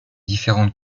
différentes